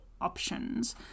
options